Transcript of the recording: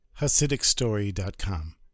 HasidicStory.com